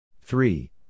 Three